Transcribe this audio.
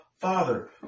Father